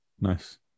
nice